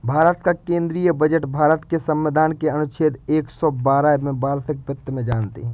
भारत का केंद्रीय बजट भारत के संविधान के अनुच्छेद एक सौ बारह में वार्षिक वित्त में जानते है